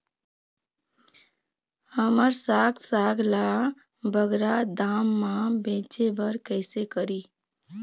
हमर साग साग ला बगरा दाम मा बेचे बर कइसे करी?